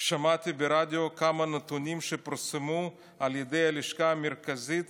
שמעתי ברדיו כמה נתונים שפורסמו על ידי הלשכה המרכזית